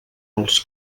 els